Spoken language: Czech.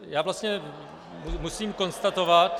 Já vlastně musím konstatovat...